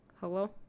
Hello